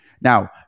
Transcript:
now